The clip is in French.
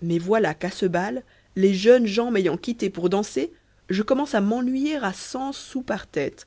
mais voilà qu'à ce bal les jeunes gens m'ayant quitté pour danser je commence à m'ennuyer à cent sous par tête